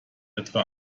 etwa